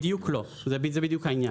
בדיוק לא, זה העניין.